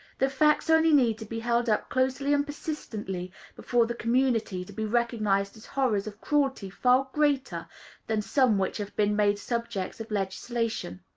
the facts only need to be held up closely and persistently before the community to be recognized as horrors of cruelty far greater than some which have been made subjects of legislation.